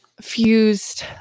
Fused